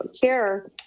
CARE